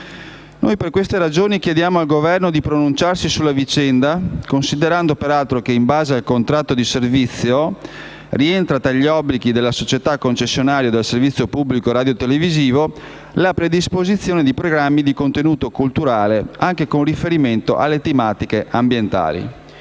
Per queste ragioni chiediamo al Governo di pronunciarsi sulla vicenda, considerando peraltro che, in base al contratto di servizio, rientra tra gli obblighi della società concessionaria del servizio pubblico radiotelevisivo la predisposizione di programmi di contenuto culturale, anche con riferimento alle tematiche ambientali.